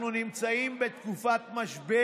אנחנו נמצאים בתקופת משבר.